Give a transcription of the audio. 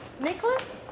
Nicholas